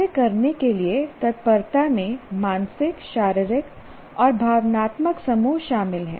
कार्य करने के लिए तत्परता में मानसिक शारीरिक और भावनात्मक समूह शामिल हैं